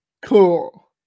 Cool